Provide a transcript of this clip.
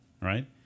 Right